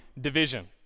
division